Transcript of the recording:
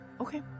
Okay